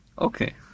Okay